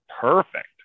perfect